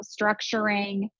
structuring